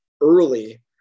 early